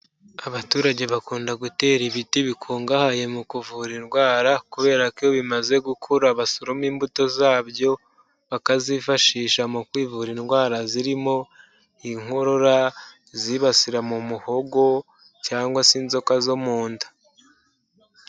Abaturage bakunda gutera ibiti bikungahaye mu kuvura indwara kubera koiyo bimaze gukura basoroma imbuto zabyo bakazifashisha mu kwivura indwara zirimo inkorora zibasira mu muhogo cyangwa se inzoka zo mu nda.